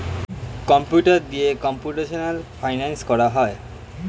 computer দিয়ে computational finance করা হয়